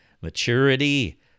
maturity